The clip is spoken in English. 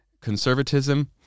conservatism